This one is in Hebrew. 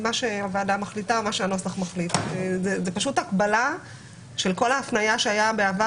זאת פשוט הקבלה של כל ההפניה שהייתה בעבר